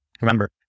Remember